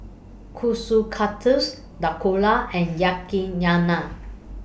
Kushikatsu Dhokla and Yakizakana